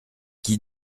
qui